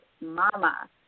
mama